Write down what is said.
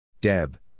Deb